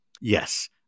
Yes